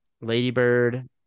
Ladybird